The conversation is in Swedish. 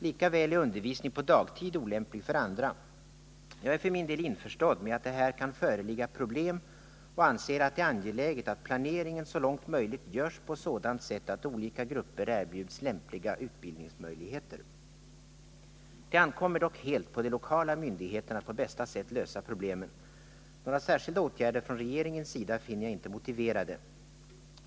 Lika väl är undervisning på dagtid olämplig för andra. Jag är för min del införstådd med att det här kan föreligga problem och anser att det är angeläget att planeringen så långt möjligt görs på sådant sätt att olika grupper erbjuds lämpliga utbildningsmöjligheter. Det ankommer dock helt på de lokala myndigheterna att på bästa sätt lösa problemen. Några särskilda åtgärder från regeringens sida finner jag inte motiverade.